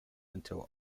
until